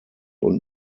und